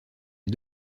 est